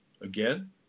Again